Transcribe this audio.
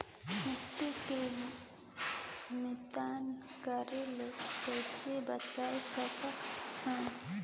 माटी के मितान कीरा ल कइसे बचाय सकत हन?